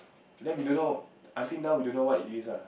then we don't know I think now we don't know what it is uh